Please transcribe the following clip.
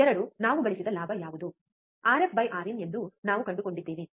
2 ನಾವು ಗಳಿಸಿದ ಲಾಭ ಯಾವುದು RF R in R f R in ಎಂದು ನಾವು ಕಂಡುಕೊಂಡಿದ್ದೇವೆ